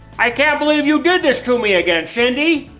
i can't believe you did this to me again cindy.